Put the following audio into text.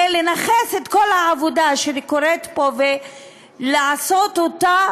ולנכס את כל העבודה שקורית פה ולעשות אותה